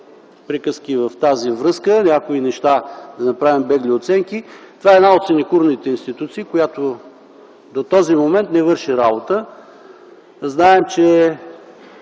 приказки в тази връзка, да направим бегли оценки на някои неща. Това е една от синекурните институции, която до този момент не върши работа. Знаем, че